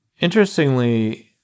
interestingly